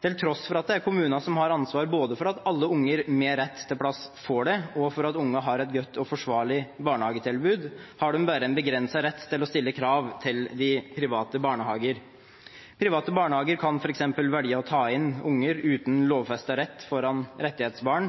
Til tross for at det er kommunene som har ansvar både for at alle unger med rett til plass får det, og for at ungene har et godt og forsvarlig barnehagetilbud, har de bare en begrenset rett til å stille krav til private barnehager. Private barnehager kan f.eks. velge å ta inn unger uten lovfestet rett foran rettighetsbarn.